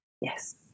Yes